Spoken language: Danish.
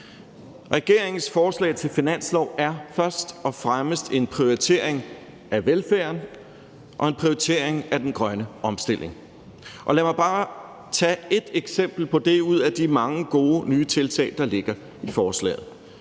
Regeringens forslag til finanslov er først og fremmest en prioritering af velfærden og en prioritering af den grønne omstilling, og lad mig bare tage ét eksempel på det ud af de mange gode nye tiltag, der ligger i forslaget.